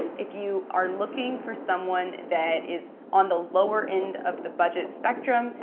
if you are looking for someone that is on the lower end of the budget spectrum,